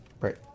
right